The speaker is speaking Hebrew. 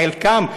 חלקם,